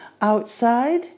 Outside